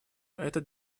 этот